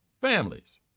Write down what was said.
families